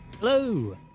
hello